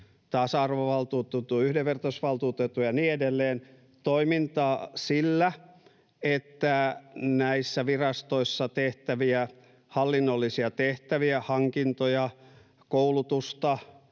tasa-arvovaltuutetun, yhdenvertaisuusvaltuutetun ja niin edelleen — toimintaa sillä, että näissä virastoissa tehtäviä hallinnollisia tehtäviä, hankintoja, koulutusta